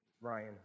Ryan